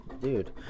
Dude